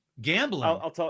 Gambling